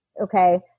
Okay